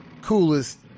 coolest